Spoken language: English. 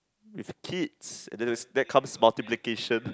with kids and then there's that comes multiplication